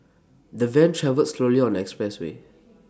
the van travelled slowly on the expressway